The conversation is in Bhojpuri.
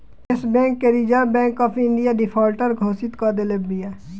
एश बैंक के Reserve Bank of India defaulter घोषित कअ देले बिया